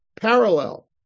parallel